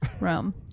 Rome